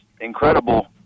incredible